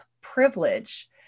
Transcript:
privilege